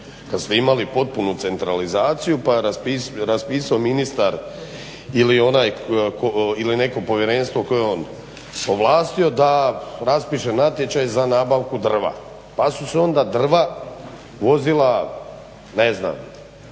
kad ste imali potpunu centralizaciju pa raspisao ministar ili neko povjerenstvo koje je on ovlastio da raspiše natječaj za nabavku drva pa su se onda drva vozila ajmo